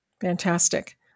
Fantastic